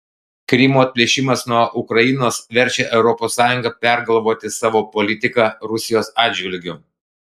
krymo atplėšimas nuo ukrainos verčia europos sąjungą pergalvoti savo politiką rusijos atžvilgiu